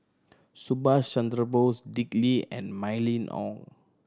Subhas Chandra Bose Dick Lee and Mylene Ong